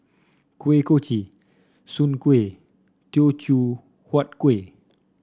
Kuih Kochi Soon Kuih Teochew Huat Kueh